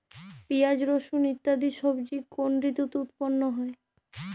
পিঁয়াজ রসুন ইত্যাদি সবজি কোন ঋতুতে উৎপন্ন হয়?